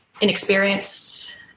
inexperienced